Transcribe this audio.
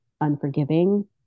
unforgiving